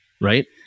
right